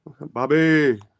Bobby